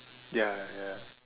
ya ya